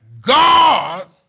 God